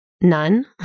None